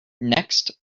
next